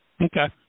Okay